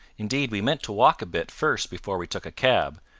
indeed we meant to walk a bit first before we took a cab,